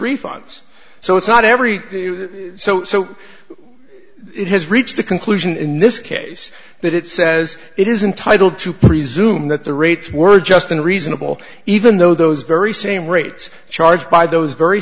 refunds so it's not every so so it has reached a conclusion in this case that it says it is entitle to presume that the rates were just in reasonable even though those very same rates charged by those very